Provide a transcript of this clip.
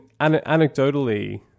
anecdotally